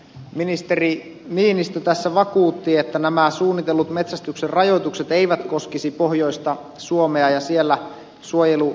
ministeri niinistö tässä vakuutti että nämä suunnitellut metsästyksen rajoitukset eivät koskisi pohjoista suomea ja siellä suojelualueita